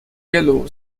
yellow